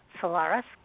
Solaris